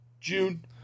June